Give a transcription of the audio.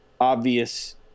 obvious